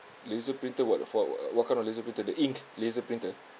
laser printer what for wha~ what kind of laser printer the ink laser printer